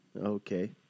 Okay